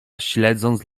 śledząca